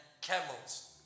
camels